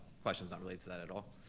questions not related to that at all.